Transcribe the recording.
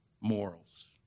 morals